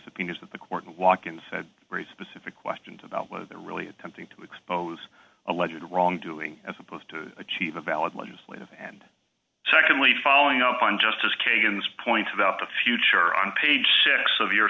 subpoenas that the court and walk in said very specific questions about whether they're really attempting to expose allegedly wrongdoing as opposed to achieve a valid legislative and secondly following up on justice kagan this point about the future on page six